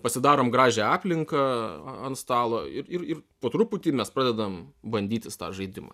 pasidarom gražią aplinką ant stalo ir ir ir po truputį mes pradedam bandytis tą žaidimą